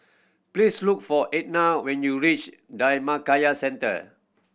please look for Etna when you reach Dhammakaya Centre